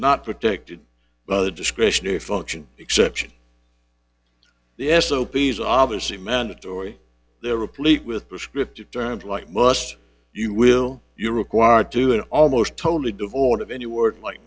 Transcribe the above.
not protected by the discretionary function exception the s o p s obviously mandatory there replete with descriptive terms like must you will you are required to and almost totally devoid of any word like